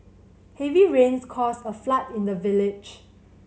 heavy rains caused a flood in the village